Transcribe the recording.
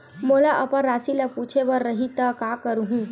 मोला अपन राशि ल पूछे बर रही त का करहूं?